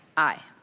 aye.